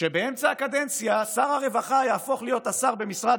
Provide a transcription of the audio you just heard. שבאמצע הקדנציה שר הרווחה יהפוך להיות השר במשרד